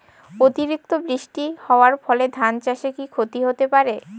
অতিরিক্ত বৃষ্টি হওয়ার ফলে ধান চাষে কি ক্ষতি হতে পারে?